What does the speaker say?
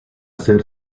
ser